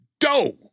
Go